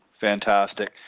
Fantastic